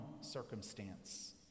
circumstance